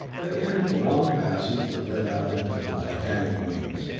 they entered the long passages that led out into the titanic wings.